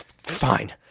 Fine